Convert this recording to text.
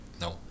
No